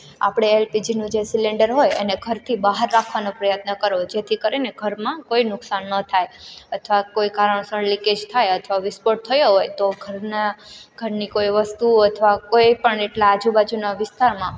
આપણે એલપીજીનું જે સિલેન્ડર હોય એને ઘરથી બહાર રાખવાનો પ્રયત્ન કરવો જેથી કરીને ઘરમાં કોઈ નુકસાન ન થાય અથવા કોઈ કારણોસર લીકેજ થાય અથવા વિસ્ફોટ થયો હોય તો ઘરના ઘરની કોઈ વસ્તુઓ અથવા કોઈપણ એટલે આજુબાજુનાં વિસ્તારમાં